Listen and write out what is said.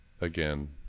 Again